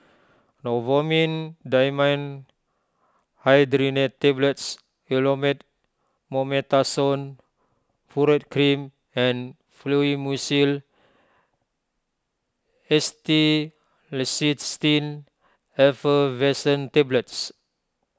Novomin Dimenhydrinate Tablets Elomet Mometasone Furoate Cream and Fluimucil Acetylcysteine Effervescent Tablets